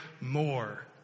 more